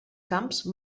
camps